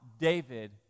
David